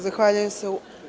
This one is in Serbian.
Zahvaljujem se.